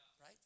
Right